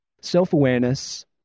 Self-awareness